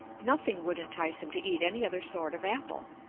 nothing would entice him to eat any other sort of apple.